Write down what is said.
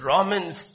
Romans